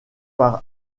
par